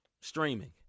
streaming